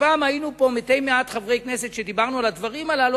פעם היינו פה מתי-מעט חברי כנסת שדיברנו על הדברים הללו,